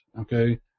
okay